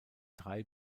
drei